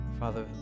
Father